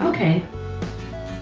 okay